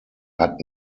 hat